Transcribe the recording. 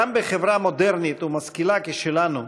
גם בחברה מודרנית ומשכילה כשלנו